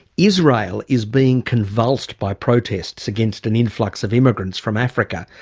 israel is being convulsed by protests against an influx of immigrants from africa,